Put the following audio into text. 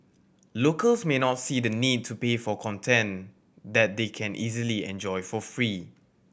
locals may not see the need to pay for content that they can easily enjoy for free